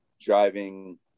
driving